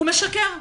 הוא משקר.